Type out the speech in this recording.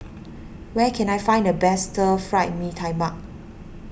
where can I find the best Stir Fried Mee Tai Mak